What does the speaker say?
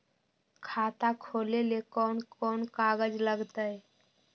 खाता खोले ले कौन कौन कागज लगतै?